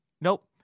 nope